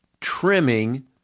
trimming